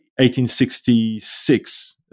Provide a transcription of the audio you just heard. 1866